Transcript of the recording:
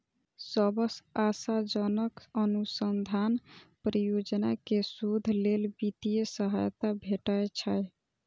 सबसं आशाजनक अनुसंधान परियोजना कें शोध लेल वित्तीय सहायता भेटै छै